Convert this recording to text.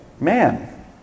Man